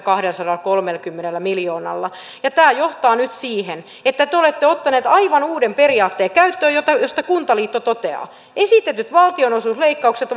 kahdellasadallakolmellakymmenellä miljoonalla tämä johtaa nyt siihen että te olette ottaneet aivan uuden periaatteen käyttöön josta kuntaliitto toteaa esitetyt valtionosuusleikkaukset